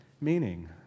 meaning